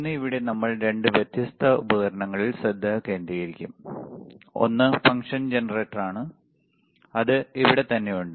ഇന്ന് ഇവിടെ നമ്മൾ രണ്ട് വ്യത്യസ്ത ഉപകരണങ്ങളിൽ ശ്രദ്ധ കേന്ദ്രീകരിക്കും ഒന്ന് ഫംഗ്ഷൻ ജനറേറ്ററാണ് അത് ഇവിടെത്തന്നെ ഉണ്ട്